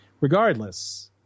Regardless